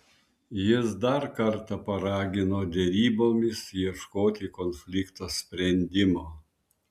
jis dar kartą paragino derybomis ieškoti konflikto sprendimo